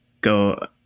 go